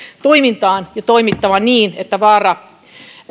toimintaan ja toimittava niin että vaara